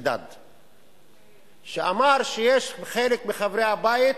של "הג'יהאד האסלאמי",